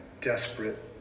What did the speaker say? desperate